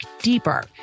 deeper